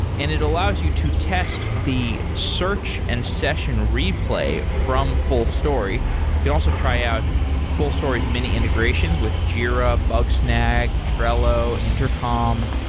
and it allows you to test the search and session replay from fullstory. you can also try out fullstory's mini-integrations with jira, bugsnag, trello, intercom.